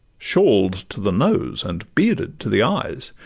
shawl'd to the nose, and bearded to the eyes,